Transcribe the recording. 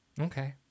okay